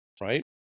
right